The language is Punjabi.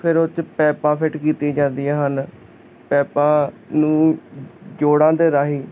ਫੇਰ ਉਹ ਤੇ ਪੈਪਾਂ ਫਿੱਟ ਕੀਤੀਆਂ ਜਾਂਦੀਆਂ ਹਨ ਪੈਪਾਂ ਨੂੰ ਜੋੜਾਂ ਦੇ ਰਾਹੀਂ